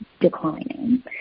declining